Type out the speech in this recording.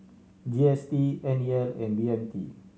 G S T N E L and B M T